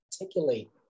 articulate